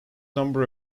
number